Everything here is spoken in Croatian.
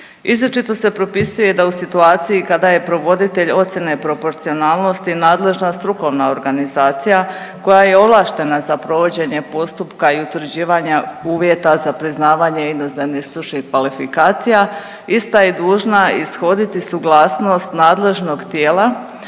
Izričito se propisuje da u situaciji kada je provoditelj ocijene proporcionalnosti nadležna strukovna organizacija koja je ovlaštena za provođenje postupka i utvrđivanja uvjeta za priznavanje inozemnih stručnih kvalifikacija, ista je dužna ishoditi suglasnost nadležnog tijela